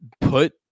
put